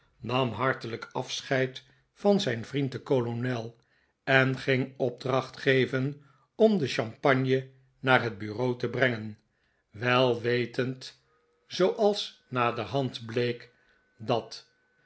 nam hartelijk afscheid van zijn vriend den kolonel en ging opdracht geven om de champagne naar het bureau te brengen wel wetend zooals naderhand bleek dat